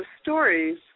stories